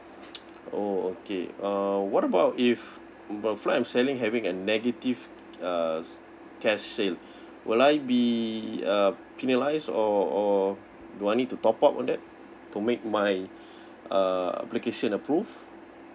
oh okay uh what about if what I'm selling having a negative uh cash sales will I be uh penalised or do I need to top up on that to make my uh application approve